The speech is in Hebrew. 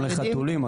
גם לחתולים,